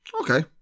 Okay